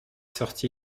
sorti